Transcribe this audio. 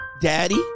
Daddy